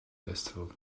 festival